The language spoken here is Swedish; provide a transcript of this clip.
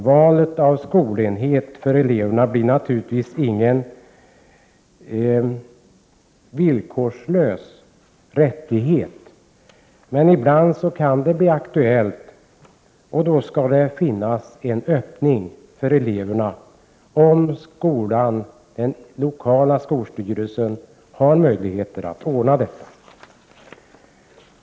Valet av skolenhet för eleverna blir naturligtvis ingen villkorslös rättighet, men ibland kan det bli aktuellt, och då skall det finnas en öppning för eleverna, om den lokala skolstyrelsen har möjlighet att ordna detta.